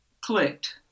clicked